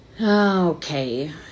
okay